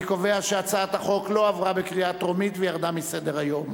אני קובע שהצעת החוק לא עברה בקריאה טרומית וירדה מסדר-היום.